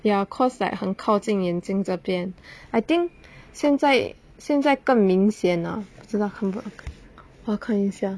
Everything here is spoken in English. ya cause like 很靠近眼睛这边 I think 现在现在更明显 ah 不知道看不看到我要看一下